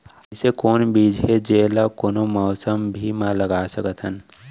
अइसे कौन बीज हे, जेला कोनो मौसम भी मा लगा सकत हन?